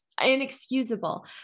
inexcusable